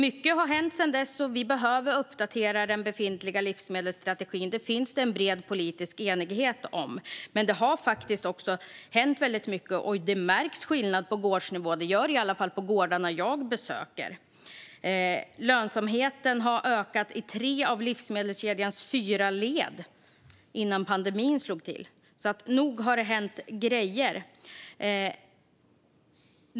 Mycket har hänt sedan dess, och vi behöver uppdatera den befintliga livsmedelsstrategin. Det finns det en bred politisk enighet om. Men väldigt mycket har faktiskt hänt, och det märks skillnad på gårdsnivå. Det gör det i alla fall på de gårdar jag besöker. Lönsamheten hade ökat i tre av livsmedelskedjans fyra led innan pandemin slog till, så nog har det hänt grejer!